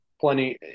plenty